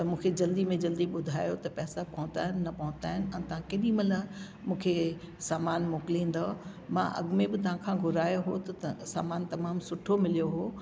त मूंखे जल्दी में जल्दी ॿुधायो त पैसा पहुचा आहिनि न पहुचा आहिनि ऐं तां केॾी महिल मूंखे सामान मोकिलींदव मां अॻ में बि तव्हांखां घुरायो हुओ त तव्हां सामान तमामु सुठो मिलियो हुओ